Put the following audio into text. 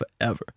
forever